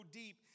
deep